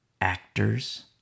actors